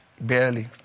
Barely